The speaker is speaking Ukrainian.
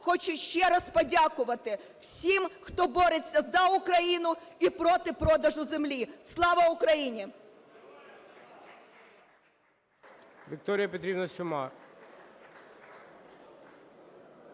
Хочу ще раз подякувати всім, хто бореться за Україну і проти продажу землі. Слава Україні!